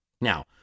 Now